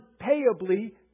unpayably